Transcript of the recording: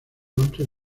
amplia